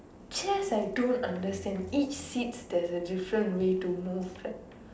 chess I don't understand eight seats there is a different way to move